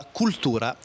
cultura